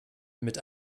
mit